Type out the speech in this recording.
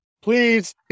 please